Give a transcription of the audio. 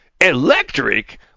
Electric